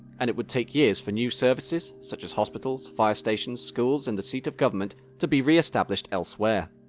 and it would take years for new services, such as hospitals, fire stations, schools and a seat of government, to be re-established elsewhere.